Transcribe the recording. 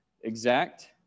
exact